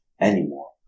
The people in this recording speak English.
anymore